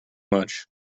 much